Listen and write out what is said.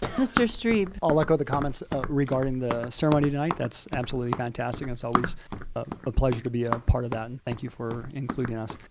mr. strebe. ah like other comments regarding the ceremony tonight, that's absolutely fantastic. it's always ah a pleasure to be a part of that. and thank you for including us.